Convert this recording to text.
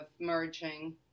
merging